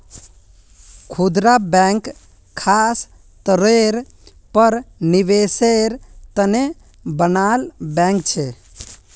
खुदरा बैंक ख़ास तौरेर पर निवेसेर तने बनाल बैंक छे